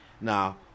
Now